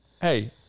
Hey